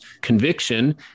conviction